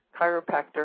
chiropractor